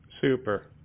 super